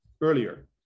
earlier